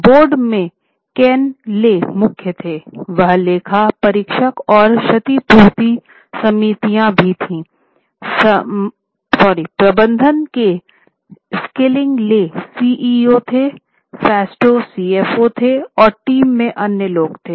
board में Ken Lay CFO थे और टीम में अन्य लोग थे